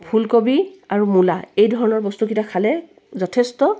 ফুলকবি আৰু মূলা এইধৰণৰ বস্তুকিটা খালে যথেষ্ট